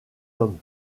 hommes